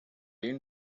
این